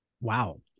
Wow